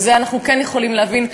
ואת זה אנחנו כן יכולים להבין,